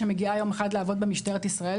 שמגיעה יום אחד לעבוד במשטרת ישראל,